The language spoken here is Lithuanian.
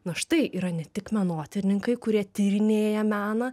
na štai yra ne tik menotyrininkai kurie tyrinėja meną